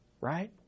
right